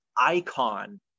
icon